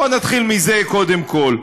בואו נתחיל מזה קודם כול.